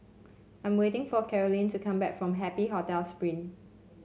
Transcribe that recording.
I'm waiting for Caroline to come back from Happy Hotel Spring